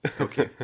Okay